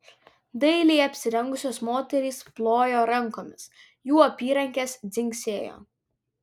dailiai apsirengusios moterys plojo rankomis jų apyrankės dzingsėjo